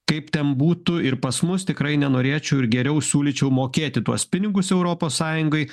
kaip ten būtų ir pas mus tikrai nenorėčiau ir geriau siūlyčiau mokėti tuos pinigus europos sąjungai